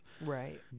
Right